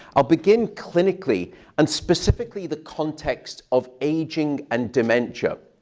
i'll begin clinically and specifically the context of aging and dementia.